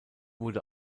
wurde